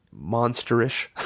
monsterish